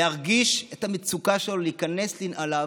להרגיש את המצוקה שלו, להיכנס לנעליו,